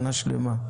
שנה שלמה,